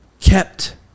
kept